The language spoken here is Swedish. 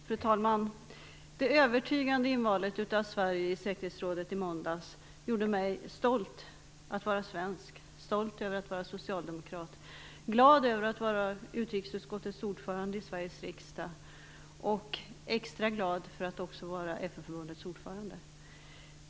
Fru talman! Det övertygande invalet av Sverige i säkerhetsrådet i måndags gjorde mig stolt att vara svensk, stolt att vara socialdemokrat, glad över att vara utrikesutskottets ordförande i Sveriges riksdag och extra glad över att också vara FN-förbundets ordförande.